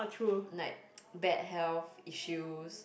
like bad health issues